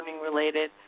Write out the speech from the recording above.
learning-related